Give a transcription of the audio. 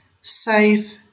save